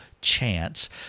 chance